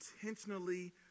intentionally